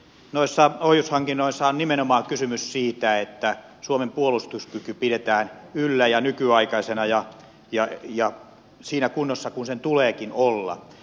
noissa ohjushankinnoissahan on nimenomaan kysymys siitä että suomen puolustuskyky pidetään yllä ja nykyaikaisena ja siinä kunnossa kuin sen tuleekin olla